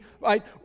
right